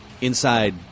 inside